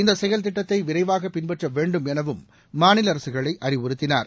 இந்த செயல் திட்டத்தை விரைவாக பின்பற்ற வேண்டும் எனவும் மாநில அரசுகளை அறிவுறுத்தினார்